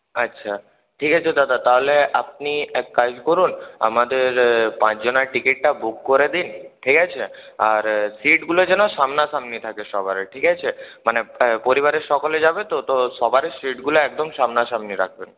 আচ্ছা ঠিক আছে দাদা তাহলে আপনি এক কাজ করুন আমাদের পাঁচ জনের টিকিটটা বুক করে দিন ঠিক আছে আর সিটগুলো যেন সামনা সামনি থাকে সবার ঠিক আছে মানে পরিবারের সকলে যাবে তো তো সবারই সিটগুলো একদম সামনা সামনি রাখবেন